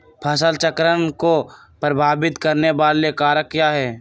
फसल चक्र को प्रभावित करने वाले कारक क्या है?